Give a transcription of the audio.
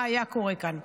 מה היה קורה כאן.